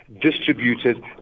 distributed